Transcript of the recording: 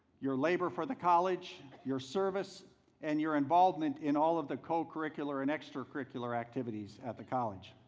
your labor for the college, your service and your involvement in all of the co-curricular and extracurricular activities at the college.